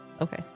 Okay